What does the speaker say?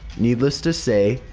needless to say,